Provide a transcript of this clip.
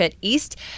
East